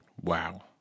Wow